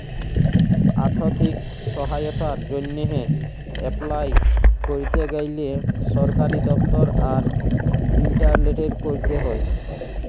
আথ্থিক সহায়তার জ্যনহে এপলাই ক্যরতে গ্যালে সরকারি দপ্তর আর ইলটারলেটে ক্যরতে হ্যয়